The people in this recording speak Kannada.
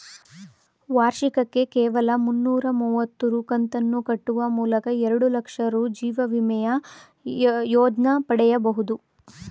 ವಾರ್ಷಿಕಕ್ಕೆ ಕೇವಲ ಮುನ್ನೂರ ಮುವತ್ತು ರೂ ಕಂತನ್ನು ಕಟ್ಟುವ ಮೂಲಕ ಎರಡುಲಕ್ಷ ರೂ ಜೀವವಿಮೆಯ ಯೋಜ್ನ ಪಡೆಯಬಹುದು